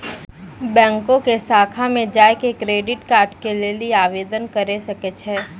बैंको के शाखा मे जाय के क्रेडिट कार्ड के लेली आवेदन करे सकै छो